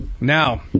Now